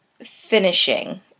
finishing